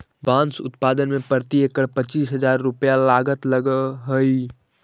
बाँस उत्पादन में प्रति एकड़ पच्चीस हजार रुपया लागत लगऽ हइ